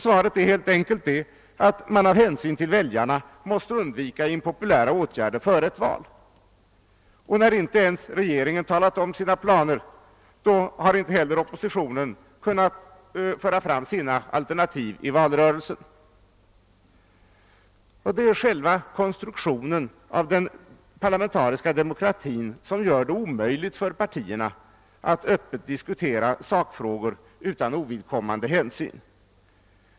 Svaret är helt enkelt det att man av hänsyn till väljarna måste undvika impopulära åtgärder före ett val, och när inte ens regeringen talat om sina planer har inte heller oppositionen kunnat föra fram sina alternativ i valrörelsen. Det är själva konstruktionen av den parlamentariska demokratin som gör det omöjligt för partierna att öppet diskutera sakfrågor utan ovidkommande hänsyn.